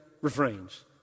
refrains